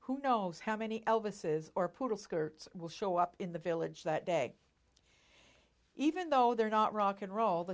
who knows how many elvis's or porter skirts will show up in the village that day even though they're not rock'n'roll the